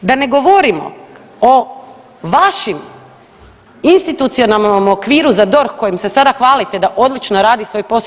Da ne govorimo o vašem institucionalnom okviru za DORH kojim se sada hvalite da odlično radi svoj posao.